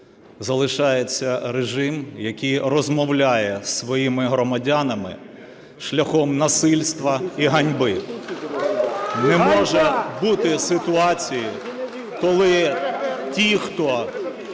залишається режим, який розмовляє зі своїми громадянами шляхом насильства і ганьби. (Шум у залі) Не може бути ситуації, коли ті, хто